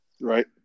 Right